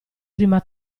prima